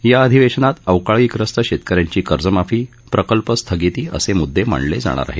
या अधिवेशनात अवकाळी ग्रस्त शेतक यांची कर्जमाफी प्रकल्प स्थगिती असे मुद्दे मांडले जाणार आहेत